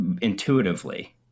intuitively